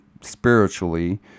spiritually